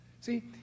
see